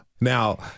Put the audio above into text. Now